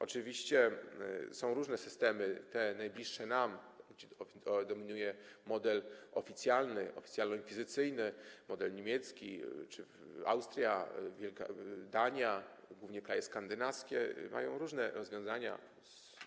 Oczywiście są różne systemy, te najbliższe nam, gdzie dominuje model oficjalny, oficjalno-inkwizycyjny, model niemiecki, czy Austria, Dania, głównie kraje skandynawskie mają różne rozwiązania.